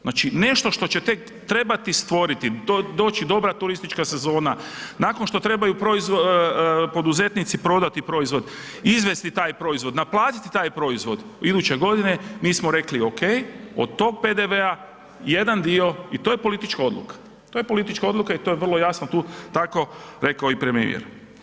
Znači nešto što će tek trebati stvoriti, doći dobra turistička sezona, nakon što trebaju poduzetnici prodati proizvod, izvesti taj proizvod, naplatiti taj proizvod iduće godine mi smo rekli ok, od tog PDV-a jedan dio i to je politička odluka i to je vrlo jasno tu tako rekao i premijer.